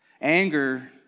Anger